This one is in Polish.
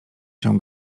się